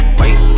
wait